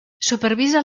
supervisa